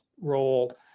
role